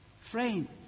friends